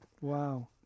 Wow